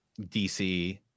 DC